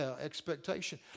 expectation